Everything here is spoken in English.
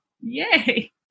Yay